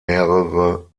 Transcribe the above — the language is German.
mehrere